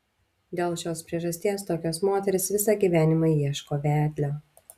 dėl šios priežasties tokios moterys visą gyvenimą ieško vedlio